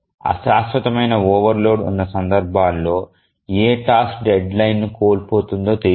అశాశ్వతమైన overload ఉన్న సందర్భాల్లో ఏ టాస్క్ డెడ్లైన్ ను కోల్పోతుందో తెలియదు